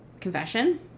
confession